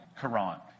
Quran